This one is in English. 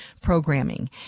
Programming